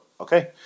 Okay